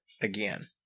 again